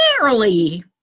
barely